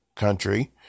country